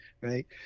Right